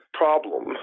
problem